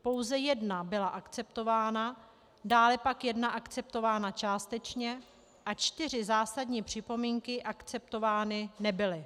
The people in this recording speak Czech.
Pouze jedna byla akceptována, dále pak jedna akceptována částečně a čtyři zásadní připomínky akceptovány nebyly.